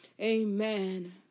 amen